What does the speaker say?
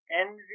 envy